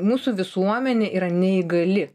mūsų visuomenė yra neįgali